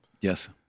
Yes